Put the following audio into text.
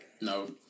No